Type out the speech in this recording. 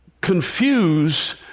confuse